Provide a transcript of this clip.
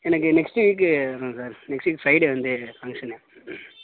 எனக்கு next week வேணும் sir next week Friday வந்து ஃபங்க்ஷனு